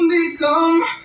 Become